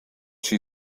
she